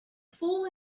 fool